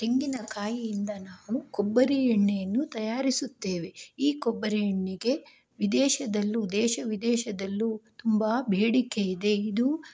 ತೆಂಗಿನಕಾಯಿಯಿಂದ ನಾವು ಕೊಬ್ಬರಿ ಎಣ್ಣೆಯನ್ನು ತಯಾರಿಸುತ್ತೇವೆ ಈ ಕೊಬ್ಬರಿ ಎಣ್ಣೆಗೆ ವಿದೇಶದಲ್ಲೂ ದೇಶ ವಿದೇಶದಲ್ಲೂ ತುಂಬ ಬೇಡಿಕೆ ಇದೆ ಇದು